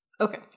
Okay